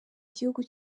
gihugu